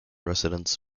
residents